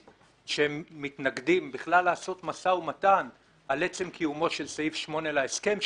זאת ההתנגדות שלהם בכלל לעשות משא ומתן על עצם קיומו של סעיף 8 להסכם,